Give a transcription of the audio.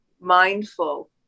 mindful